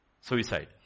Suicide